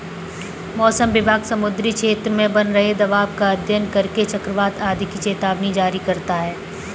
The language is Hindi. मौसम विभाग समुद्री क्षेत्र में बन रहे दबाव का अध्ययन करके चक्रवात आदि की चेतावनी जारी करता है